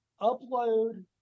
Upload